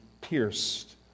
pierced